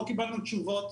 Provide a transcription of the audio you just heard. לא קיבלנו תשובות.